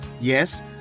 Yes